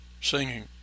singing